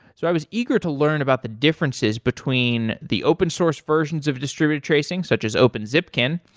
so i was eager to learn about the differences between the open source versions of distributed tracing, such as open zipkin,